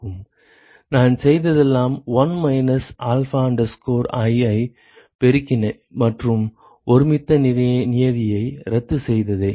நான் செய்ததெல்லாம் 1 minus alpha i ஐப் பெருக்கி மற்றும் ஒருமித்த நியதியை ரத்து செய்ததே